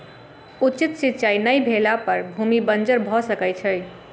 उचित सिचाई नै भेला पर भूमि बंजर भअ सकै छै